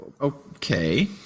Okay